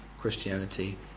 Christianity